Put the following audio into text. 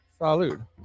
Salud